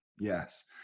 yes